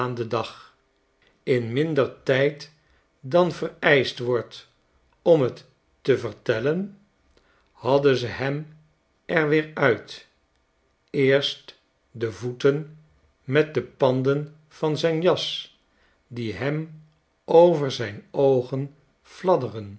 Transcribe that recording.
den dag in minder tijd dan vereischt wordt om t te vertellen hadden ze hem er weer uit eerst de voeten met de panden van zijn jas die hem over zijn oogen fladderen